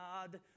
God